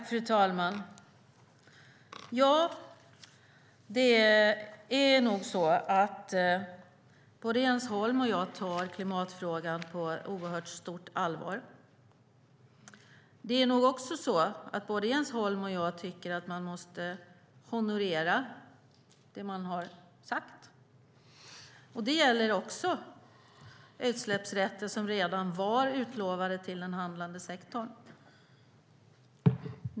Fru talman! Ja, det är nog så att både Jens Holm och jag tar klimatfrågan på oerhört stort allvar. Det är nog också så att både Jens Holm och jag tycker att man måste honorera det man har sagt. Det gäller också utsläppsrätter som redan var utlovade till den handlande sektorn.